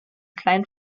kleinen